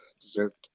deserved